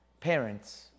parents